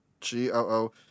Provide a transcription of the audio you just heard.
G-O-O